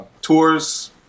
tours